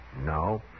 No